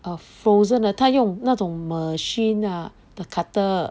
err frozen 的他用那种 machine ah 的 cutter